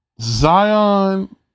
zion